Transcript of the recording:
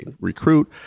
recruit